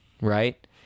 right